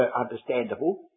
understandable